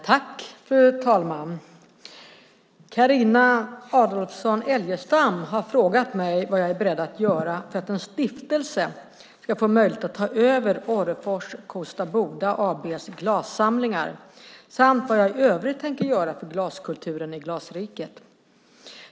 Fru talman! Carina Adolfsson Elgestam har frågat mig vad jag är beredd att göra för att en stiftelse ska få möjlighet att ta över Orrefors Kosta Boda AB:s glassamlingar, samt vad jag i övrigt tänker göra för glaskulturen i Glasriket.